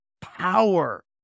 Power